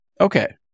okay